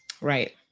Right